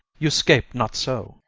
you scape not so.